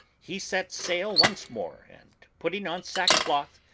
he set sail once more, and putting on sackcloth,